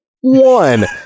One